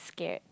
scared